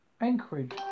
Anchorage